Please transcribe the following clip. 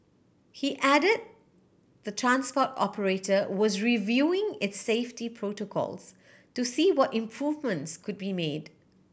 he add the transport operator was reviewing its safety protocols to see what improvements could be made